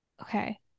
okay